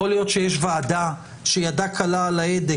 יכול להיות שיש ועדה שידה קלה על ההדק,